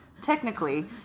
technically